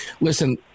Listen